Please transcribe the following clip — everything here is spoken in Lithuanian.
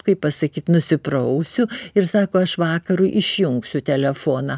kaip pasakyt nusiprausiu ir sako aš vakarui išjungsiu telefoną